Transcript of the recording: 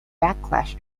backlash